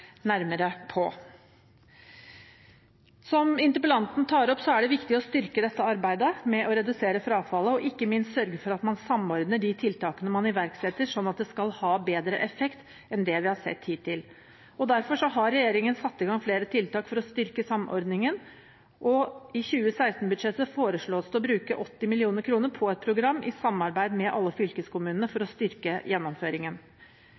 nærmere på. Som interpellanten tar opp, er det viktig å styrke arbeidet med å redusere frafallet og ikke minst sørge for at man samordner de tiltakene man iverksetter, sånn at det skal ha bedre effekt enn det vi har sett hittil. Derfor har regjeringen satt i gang flere tiltak for å styrke samordningen, og i 2016-budsjettet foreslås det å bruke 80 mill. kr på et program i samarbeid med alle fylkeskommunene for å styrke gjennomføringen.